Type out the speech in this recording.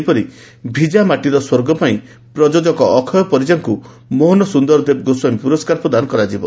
ସେହିପରି 'ଭିଜାମାଟିର ସ୍ୱର୍ଗ' ପାଇଁ ପ୍ରଯୋଜକ ଅକ୍ଷୟ ପରିଜାଙ୍କୁ ମୋହନ ସୁନ୍ଦର ଦେବ ଗୋସ୍ୱାମୀ ପୁରସ୍କାର ପ୍ରଦାନ କରାଯିବ